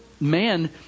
man